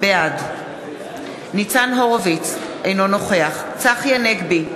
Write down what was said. בעד ניצן הורוביץ, אינו נוכח צחי הנגבי,